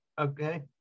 okay